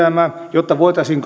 jotta voitaisiin